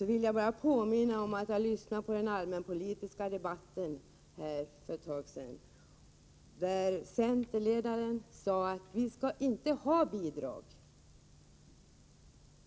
vill jag påminna om att centerledaren i den allmänpolitiska debatten här i kammaren för ett tag sedan sade att man inte skulle ha bidrag.